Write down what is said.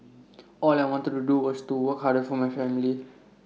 all I wanted to do was to work harder for my family